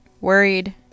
worried